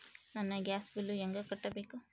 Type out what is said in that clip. ನನ್ನ gas bill ಹೆಂಗ ಕಟ್ಟಬೇಕು?